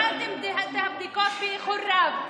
אני יודעת שהתחלתם את הבדיקות באיחור רב.